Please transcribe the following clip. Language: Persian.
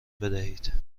بدهید